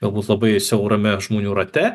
galbūt labai siaurame žmonių rate